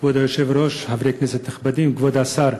כבוד היושב-ראש, חברי כנסת נכבדים, כבוד השר,